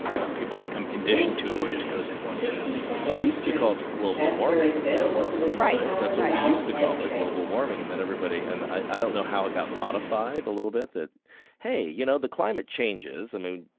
you know, people become conditioned to it, where it just goes in one ear and out the other well, it used to be called global warming at one time, right? right. right that's what we used to call it ah global warming. and then everybody and i don't know how it got modified a little bit that hey, you know, the climate changes. i mean,